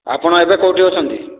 ଆପଣ ଏବେ କେଉଁଠି ଅଛନ୍ତି